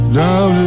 down